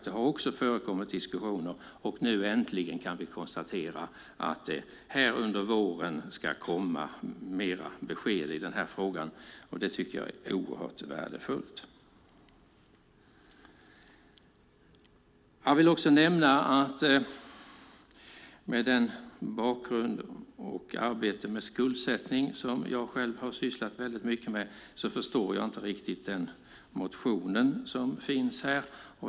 Det har förekommit diskussioner, och nu äntligen kan vi konstatera att det under våren ska komma mer besked i frågan. Det tycker jag är oerhört värdefullt. Mot bakgrund av det arbete med skuldsättning som jag själv har sysslat mycket med förstår jag inte riktigt den motion som finns.